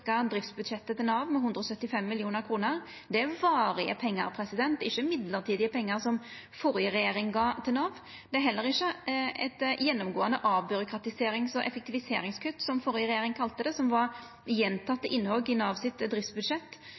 driftsbudsjettet til Nav med 175 mill. kr. Det er varige pengar, ikkje mellombelse pengar, som førre regjering gav til Nav. Det er heller ikkje eit gjennomgåande avbyråkratiserings- og effektiviseringskutt, som førre regjering kalla det, som var gjentekne innhogg i driftsbudsjettet til Nav,